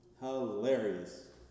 Hilarious